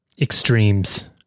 extremes